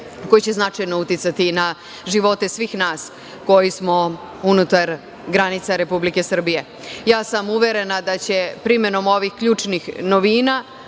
koje će značajno uticati na živote svih nas koji smo unutar granica Republike Srbije. Ja sam uverena da će primenom ovih ključnih novina